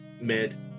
Mid